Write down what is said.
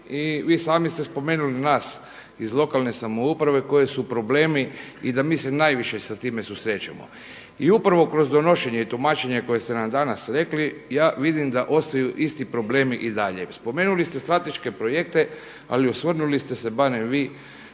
i vi sami ste spomenuli nas iz lokalne samouprave koji su problemi i da mi se najviše sa time susrećemo i upravo kroz donošenje i tumačenje koje ste nam danas rekli ja vidim da ostaju isti problemi i dalje. Spomenuli ste strateške projekte ali osvrnuli ste se barem vi